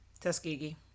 Tuskegee